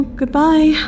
goodbye